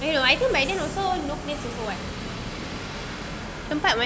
I don't know I think by then also no place also [what] tempat